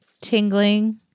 tingling